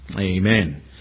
Amen